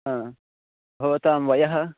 ह भवतां वयः